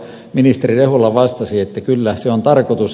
ministeri rehula vastasi että kyllä se on tarkoitus